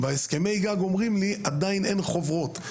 בהסכמי גג אומרים לי: עדיין אין חוברות.